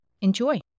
Enjoy